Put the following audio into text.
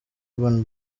urban